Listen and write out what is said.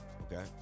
okay